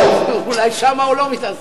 אולי שם הוא לא מתעסק.